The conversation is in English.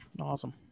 Awesome